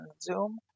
Zoom